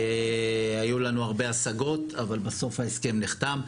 היו לנו הרבה השגות, אבל בסוף ההסכם נחתם.